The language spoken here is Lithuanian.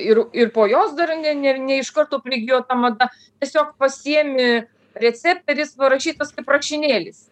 ir ir po jos dar ne ne ne iš karto prigijo ta mada tiesiog pasiimi receptą ir jis parašytas kaip rašinėlis